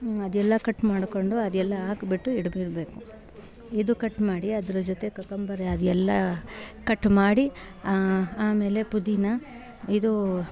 ಅದೆಲ್ಲ ಕಟ್ ಮಾಡ್ಕೊಂಡು ಅದೆಲ್ಲ ಹಾಕ್ಬಿಟ್ಟು ಇಡ್ಬಿಡಬೇಕು ಇದು ಕಟ್ ಮಾಡಿ ಅದ್ರ ಜೊತೆ ಕಕಂಬರಿ ಅದೆಲ್ಲ ಕಟ್ ಮಾಡಿ ಆಮೇಲೆ ಪುದೀನ ಇದೂ